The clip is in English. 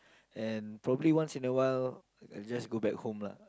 and probably once in a while I'll just go back home lah